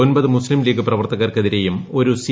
ഒമ്പതു മുസ്തിം ലീഗ് പ്രവർത്തകർക്കെതിർേയും ഒരു സി